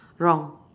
wrong